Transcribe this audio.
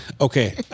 Okay